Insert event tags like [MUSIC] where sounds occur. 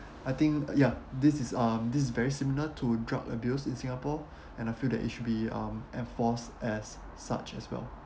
I think ya this is um this very similar to drug abuse in singapore [BREATH] and I feel that it should be um enforced as such as well